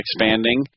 expanding